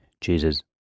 Jesus